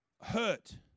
hurt